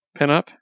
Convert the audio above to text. pinup